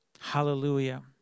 Hallelujah